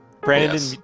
Brandon